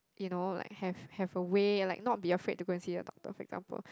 you know like have have a way like not be afraid to go and see a doctor for example